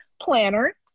planner